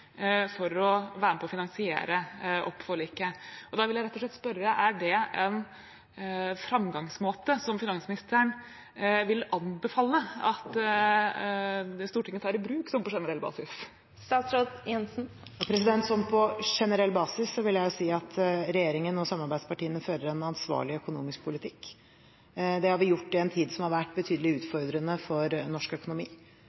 for å være med på å finansiere forliket. Da vil jeg rett og slett spørre: Er det en framgangsmåte som finansministeren vil anbefale at Stortinget tar i bruk – sånn på generell basis? Sånn på generell basis vil jeg si at regjeringen og samarbeidspartiene fører en ansvarlig økonomisk politikk. Det har vi gjort i en tid med betydelige utfordringer for norsk økonomi. Det har vært